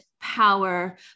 power